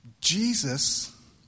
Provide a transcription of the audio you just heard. Jesus